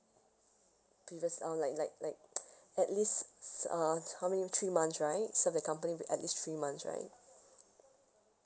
previous uh like like like at least it's err how many three months right served the company for at least three months right